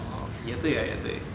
orh 也对啊也对